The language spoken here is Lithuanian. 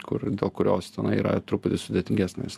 kur dėl kurios yra truputį sudėtingesnės